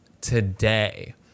today